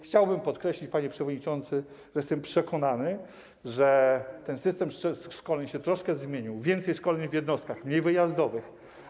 Chciałbym podkreślić, panie przewodniczący, że jestem przekonany, że ten system szkoleń się troszkę zmienił, więcej szkoleń jest w jednostkach, mniej jest wyjazdowych.